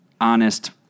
honest